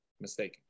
mistaken